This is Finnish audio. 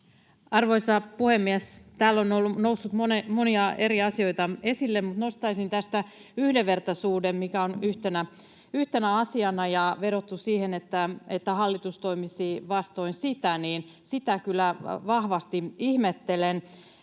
Arvoisa puhemies! Täällä on noussut monia eri asioita esille. Nostaisin tästä yhdenvertaisuuden, mikä on yhtenä asiana, ja on vedottu siihen, että hallitus toimisi vastoin sitä. Sitä kyllä vahvasti ihmettelen.